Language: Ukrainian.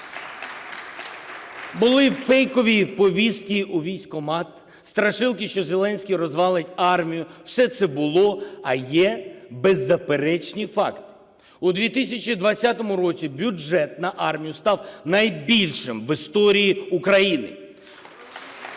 Були фейкові повістки у військкомат, страшилки, що Зеленський розвалить армію, все це було, а є беззаперечні факти. У 2020 році бюджет на армію став найбільшим в історії України.